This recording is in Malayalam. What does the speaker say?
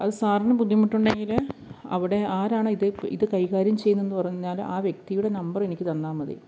അത് സാറിന് ബുദ്ധിമുട്ടുണ്ടെങ്കില് അവിടെ ആരാണ് ഇത് ഇത് കൈകാര്യം ചെയ്യുന്നേന്ന് പറഞ്ഞാല് ആ വ്യക്തിയുടെ നമ്പറെനിക്ക് തന്നാല് മതി